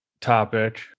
topic